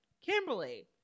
Kimberly